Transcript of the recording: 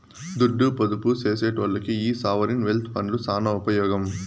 దుడ్డు పొదుపు సేసెటోల్లకి ఈ సావరీన్ వెల్త్ ఫండ్లు సాన ఉపమోగం